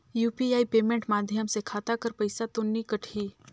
UPI payment माध्यम से खाता कर पइसा तो नी कटही?